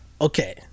Okay